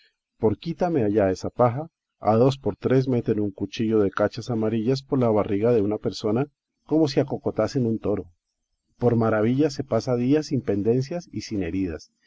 por quítame allá esa paja a dos por tres meten un cuchillo de cachas amarillas por la barriga de una persona como si acocotasen un toro por maravilla se pasa día sin pendencias y sin heridas